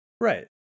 right